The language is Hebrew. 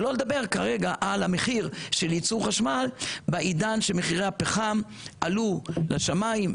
שלא לדבר כרגע על המחיר של יצור חשמל בעידן שמחירי הפחם עלו לשמים,